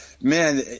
Man